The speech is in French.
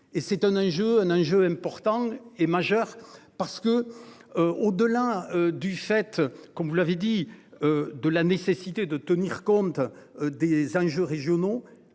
un enjeu, un enjeu important et majeur parce que. Oh de l'un, du fait, comme vous l'avez dit. De la nécessité de tenir compte des enjeux régionaux